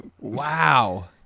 Wow